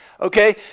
okay